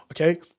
okay